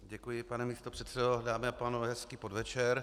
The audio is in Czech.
Děkuji, pane místopředsedo, dámy a pánové, hezký podvečer.